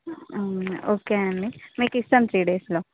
okay అండి మీకు ఇస్తాం త్రీ డేస్లో